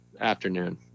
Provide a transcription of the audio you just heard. afternoon